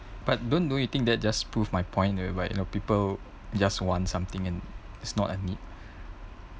but don't don't you think that just prove my point whereby you know people just want something and it's not a need